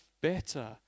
better